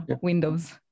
Windows